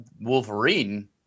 Wolverine